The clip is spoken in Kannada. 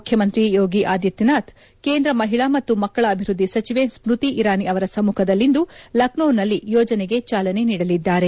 ಮುಖ್ಯಮಂತ್ರಿ ಯೋಗಿ ಆದಿತ್ಯನಾಥ್ ಕೇಂದ್ರ ಮಹಿಳಾ ಮತ್ತು ಮಕ್ಕಳ ಅಭಿವ್ವದ್ದಿ ಸಚಿವೆ ಸ್ಟ್ರತಿ ಇರಾನಿ ಅವರ ಸಮ್ಮುಖದಲ್ಲಿ ಇಂದು ಲಕ್ನೌನಲ್ಲಿ ಯೋಜನೆಗೆ ಚಾಲನೆ ನೀಡಲಿದ್ದಾರೆ